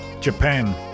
Japan